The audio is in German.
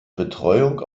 betreuung